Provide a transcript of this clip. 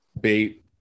bait